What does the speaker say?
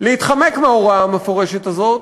להתחמק מההוראה המפורשת הזאת